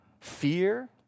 fear